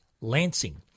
Lansing